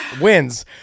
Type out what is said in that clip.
wins